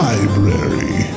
Library